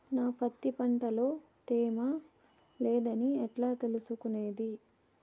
నా పత్తి పంట లో తేమ లేదని ఎట్లా తెలుసుకునేది?